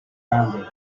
rounded